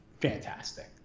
fantastic